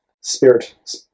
spirit